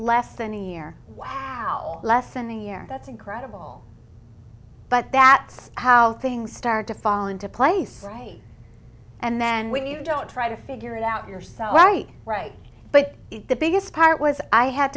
less than a year wow lessoning year that's incredible but that's how things start to fall into place right and then when you don't try to figure it out yourself right right but the biggest part was i had